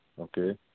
okay